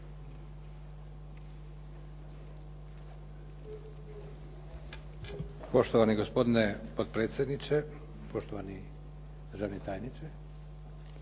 Poštovani gospodine potpredsjedniče, poštovani državni tajniče,